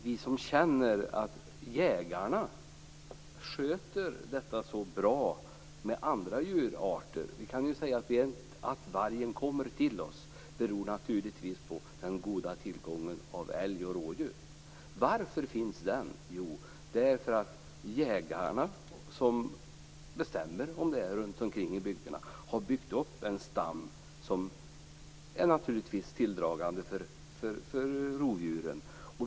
Vi känner att jägarna sköter detta bra med andra djurarter. Att vargen kommer till oss beror naturligtvis på den goda tillgången på älg och rådjur. Varför är den så god? Jo, därför att jägarna som bestämmer om det runtom i bygderna har byggt upp en stam som naturligtvis är tilldragande för rovdjuren.